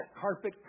carpet